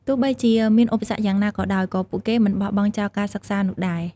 ទោះបីជាមានឧបសគ្គយ៉ាងណាក៏ដោយ ក៏ពួកគេមិនបោះបង់ចោលការសិក្សានោះដែរ។